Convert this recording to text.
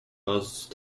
passe